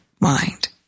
mind